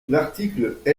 l’article